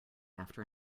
after